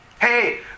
Hey